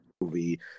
movie